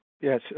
Yes